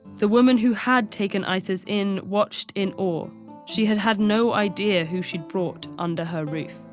the woman who had taken isis in watched in awe she had had no idea who she'd brought under her roof.